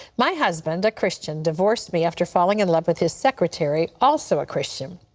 my husband, a christian, divorced me after falling in love with his secretary, also a christian.